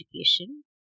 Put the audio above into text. education